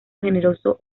generoso